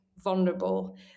vulnerable